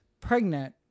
pregnant